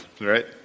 right